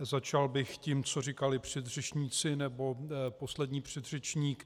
Začal bych tím, co říkali předřečníci, nebo poslední předřečník.